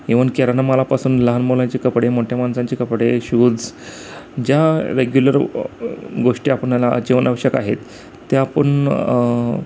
even किराणा मालापासून लहान मुलांचे कपडे मोठ्या माणसांचे कपडे शूज ज्या रेग्युलर गोष्टी आपणाला जेवण आवश्यक आहेत त्या आपण